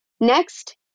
Next